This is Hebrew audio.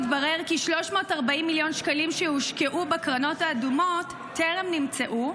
התברר כי 340 מיליון שקלים שהושקעו בקרנות האדומות טרם נמצאו,